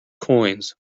coins